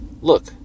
Look